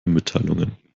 mitteilungen